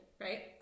right